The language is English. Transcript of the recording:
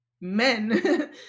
men